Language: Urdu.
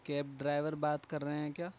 کیب ڈرائیور بات کر رہے ہیں کیا